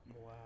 Wow